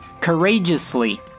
Courageously